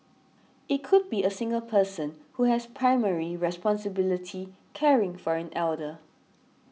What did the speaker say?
it could be a single person who has primary responsibility caring for an elder